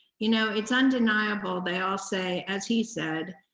you know, it's undeniable, they all say, as he said,